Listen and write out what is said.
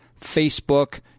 Facebook